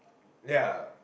ya